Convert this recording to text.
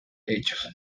hechos